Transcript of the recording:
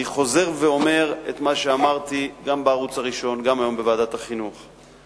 אני חוזר ואומר את מה שאמרתי גם בערוץ הראשון וגם בוועדת החינוך היום: